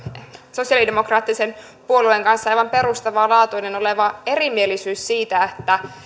sosialidemokraattisen puolueen kanssa aivan perustavaa laatua oleva erimielisyys siitä